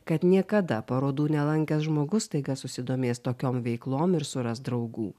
kad niekada parodų nelankęs žmogus staiga susidomės tokiom veiklom ir suras draugų